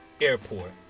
Airport